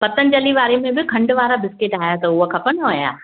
पतंजली वारे में बि खंड वारा बिस्किट आया अथव उहो खपनव छा